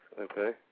Okay